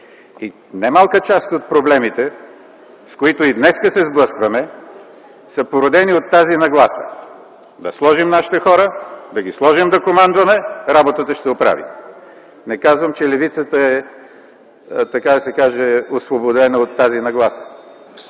И немалка част от проблемите, с които и днес се сблъскваме, са породени от тази нагласа – да сложим нашите хора, да ги сложим да командваме, работата ще се оправи. Не казвам, че левицата е освободена от тази нагласа.